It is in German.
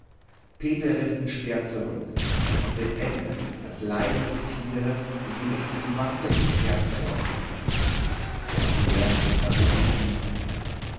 peter riß den speer zurück und beendete das leiden des tieres indem er ihm die waffe ins herz bohrte der bär erhob sich nicht mehr